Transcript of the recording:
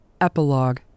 Epilogue